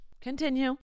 continue